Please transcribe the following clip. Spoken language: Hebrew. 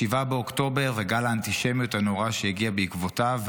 7 באוקטובר וגל האנטישמיות הנורא שהגיע בעקבותיו,